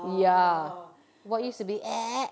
ya what used to be ek~